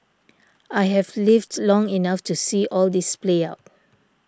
I have lived long enough to see all this play out